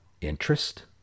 interest